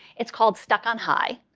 it's called stuck on high.